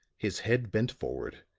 his head bent forward,